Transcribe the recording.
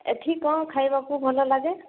ଏଠି କ'ଣ ଖାଇବାକୁ ଭଲ ଲାଗେ